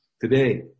Today